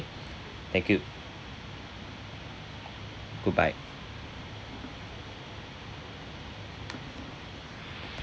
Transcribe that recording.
thank you goodbye